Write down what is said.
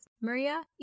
Maria